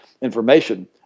information